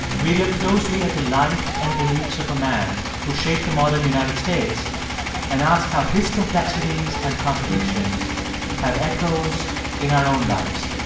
we look closely at the life and beliefs of a man who shaped the modern united states and ask how his complexities and contradictions have echoes in our own lives.